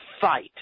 fight